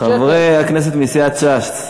חברי הכנסת מסיעת ש"ס,